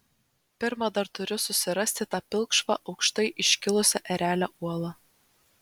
pirma dar turiu susirasti tą pilkšvą aukštai iškilusią erelio uolą